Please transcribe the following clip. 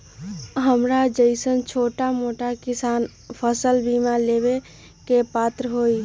हमरा जैईसन छोटा मोटा किसान फसल बीमा लेबे के पात्र हई?